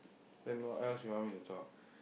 then what else you want me to talk